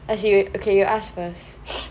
as in you wait okay you ask first